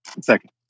Second